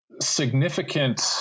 significant